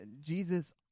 Jesus